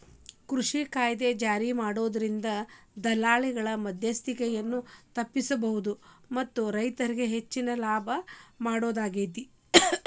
ಕೃಷಿ ಕಾಯ್ದೆ ಜಾರಿಮಾಡೋದ್ರಿಂದ ದಲ್ಲಾಳಿಗಳ ಮದ್ಯಸ್ತಿಕೆಯನ್ನ ತಪ್ಪಸಬೋದು ಮತ್ತ ರೈತರಿಗೆ ಹೆಚ್ಚಿನ ಲಾಭ ಮಾಡೋದಾಗೇತಿ